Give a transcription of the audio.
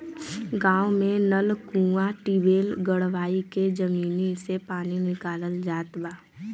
गांव में नल, कूंआ, टिबेल गड़वाई के जमीनी से पानी निकालल जात बा